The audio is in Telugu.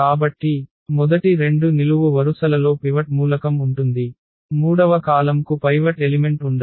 కాబట్టి మొదటి రెండు నిలువు వరుసలలో పివట్ మూలకం ఉంటుంది మూడవ కాలమ్కు పైవట్ ఎలిమెంట్ ఉండదు